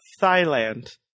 Thailand